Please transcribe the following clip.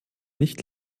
nicht